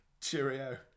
cheerio